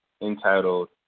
entitled